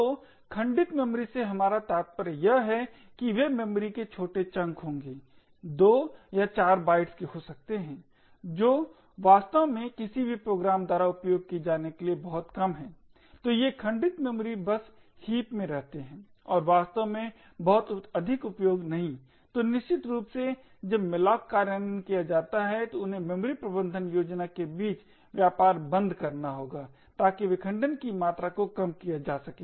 तो खंडित मेमोरी से हमारा तात्पर्य यह है कि वे मेमोरी के छोटे चंक होंगे 2 या 4 या 8 बाइट्स के हो सकते हैं जो वास्तव में किसी भी प्रोग्राम द्वारा उपयोग किए जाने के लिए बहुत कम हैं तो ये खंडित मेमोरी बस हीप में रहते हैं और वास्तव में बहुत अधिक उपयोग नहीं तो निश्चित रूप से जब malloc कार्यान्वयन किया जाता है तो उन्हें मेमोरी प्रबंधन योजना के बीच व्यापार बंद करना होगा ताकि विखंडन की मात्रा को कम किया जा सके